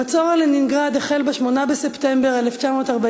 המצור על לנינגרד החל ב-8 בספטמבר 1941